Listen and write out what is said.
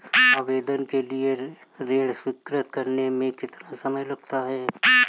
आवेदन के बाद ऋण स्वीकृत करने में कितना समय लगता है?